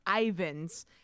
Ivans